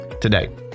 today